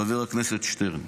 חבר הכנסת שטרן.